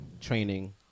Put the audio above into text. training